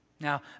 Now